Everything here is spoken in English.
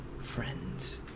friends